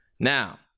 Now